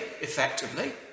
effectively